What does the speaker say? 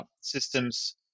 systems